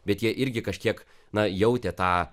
bet jie irgi kažkiek na jautė tą